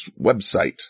website